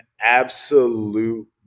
absolute